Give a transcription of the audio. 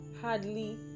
hardly